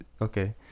okay